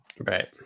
right